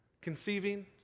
conceiving